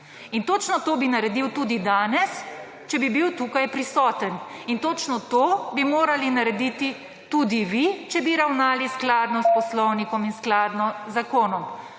In točno to bi naredil tudi danes, če bi bil tukaj prisoten. In točno to bi morali narediti tudi vi, če bi ravnali skladno s poslovnikom / znak za konec